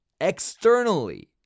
externally